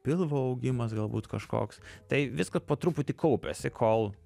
pilvo augimas galbūt kažkoks tai viskas po truputį kaupiasi kol